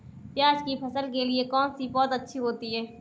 प्याज़ की फसल के लिए कौनसी पौद अच्छी होती है?